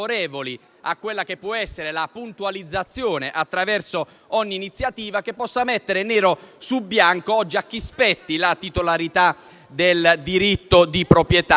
siamo favorevoli alla puntualizzazione, attraverso ogni iniziativa, che possa mettere nero su bianco a chi spetta la titolarità del diritto di proprietà e a chi